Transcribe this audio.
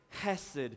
Hesed